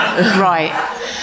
Right